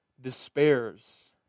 despairs